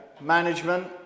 management